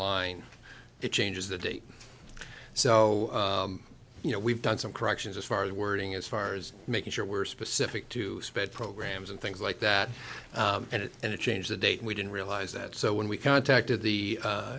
line it changes the date so you know we've done some corrections as far as wording as far as making sure we're specific to spread programs and things like that and it and it changed the date we didn't realize that so when we contacted